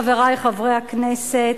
חברי חברי הכנסת,